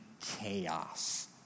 chaos